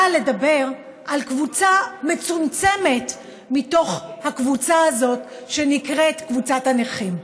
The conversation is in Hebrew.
באה לדבר על קבוצה מצומצמת מתוך הקבוצה הזאת שנקראת קבוצת הנכים.